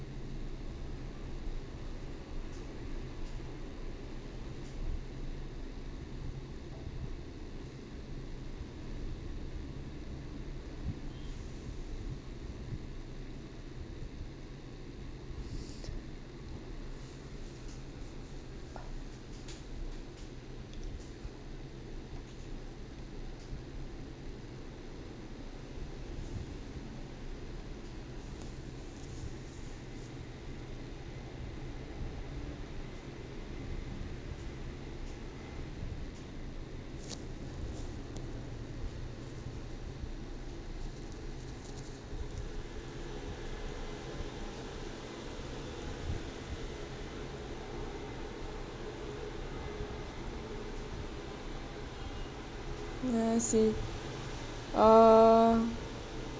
ah I see uh